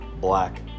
black